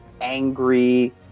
angry